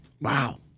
Wow